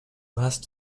hast